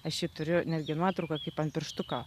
aš jį turiu netgi nuotrauką kaip ant pirštuko